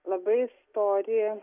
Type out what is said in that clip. labai stori